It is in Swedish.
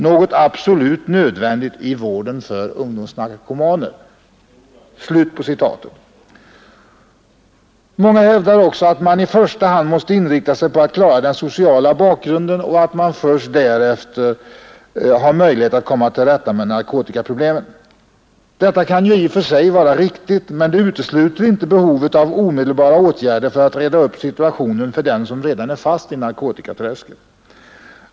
Något absolut nödvändigt i vården för ungdomsnarkomaner.” Många hävdar också att man i första hand måste inrikta sig på att klara den sociala bakgrunden och att man först därefter har möjlighet att komma till rätta med narkotikaproblemen. Detta kan i och för sig vara riktigt, men det utesluter inte behovet av omedelbara åtgärder för att reda upp situationen för den som redan är fast i narkotikaträsket.